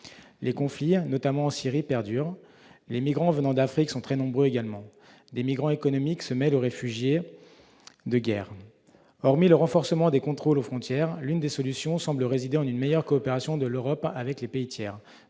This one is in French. Les conflits, notamment en Syrie, perdurent. Les migrants venant d'Afrique sont très nombreux également. Les migrants économiques se mêlent aux réfugiés de guerre. Hormis le renforcement des contrôles aux frontières, l'une des solutions semble résider dans une meilleure coopération de l'Europe avec les pays tiers.